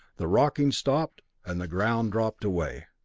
the rocking stopped and the ground dropped away.